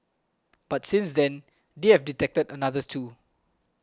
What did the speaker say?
but since then they have detected another two